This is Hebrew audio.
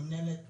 המינהלת